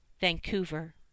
Vancouver